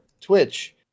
Twitch